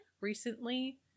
Recently